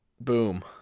boom